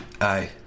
aye